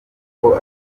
kuko